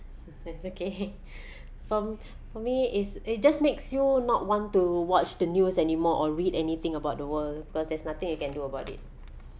okay from for me is it just makes you not want to watch the news anymore or read anything about the world because there's nothing you can do about it